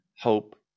hope